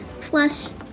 plus